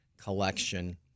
collection